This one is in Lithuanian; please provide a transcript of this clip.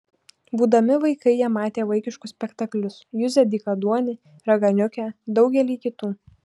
būdami vaikai jie matė vaikiškus spektaklius juzę dykaduonį raganiukę daugelį kitų